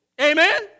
Amen